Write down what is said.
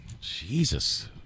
Jesus